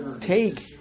take